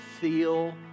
feel